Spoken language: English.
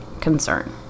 concern